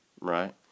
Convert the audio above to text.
Right